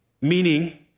Meaning